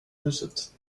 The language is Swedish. huset